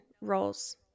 roles